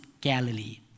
Galilee